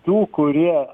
tų kurie